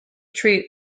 treat